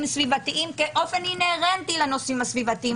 סביבתיים באינהרנטיות לנושאים הסביבתיים,